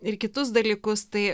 ir kitus dalykus tai